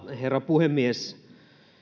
herra puhemies